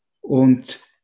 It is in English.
und